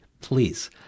Please